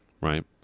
right